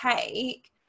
take